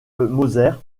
moser